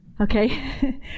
Okay